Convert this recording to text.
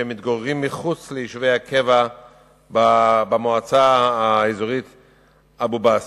שמתגוררים מחוץ ליישובי הקבע במועצה האזורית אבו-בסמה.